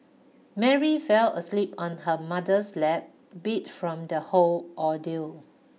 Mary fell asleep on her mother's lap beat from the whole ordeal